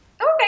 okay